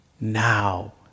now